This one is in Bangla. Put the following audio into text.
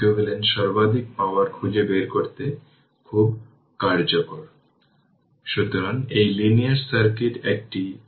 তাই 40 e t 2 t6 তাই ix t 203 e t 2 t ampere এটা সব সময়ের জন্য সেট করা আছে